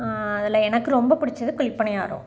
அதில் எனக்கு ரொம்ப பிடிச்சது குழிபணியாரம்